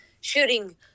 shooting